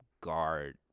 guard